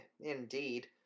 indeed